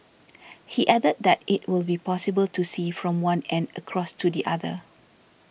he added that it will be possible to see from one end across to the other